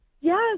Yes